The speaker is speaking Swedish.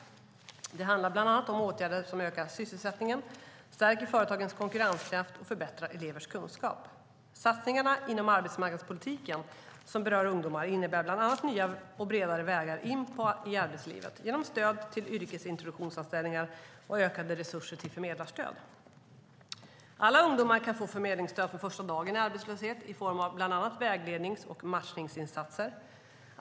Det handlar bland annat om åtgärder för att öka sysselsättningen, stärka företagens konkurrenskraft och förbättra elevernas kunskaper. Satsningarna inom arbetsmarknadspolitiken som berör ungdomar innebär bland annat nya och bredare vägar in i arbetslivet genom stöd till yrkesintroduktionsanställningar och ökade resurser till förmedlarstöd. Alla ungdomar kan få förmedlingsstöd från första dagen i arbetslöshet i form av bland annat väglednings och matchningsinsatser.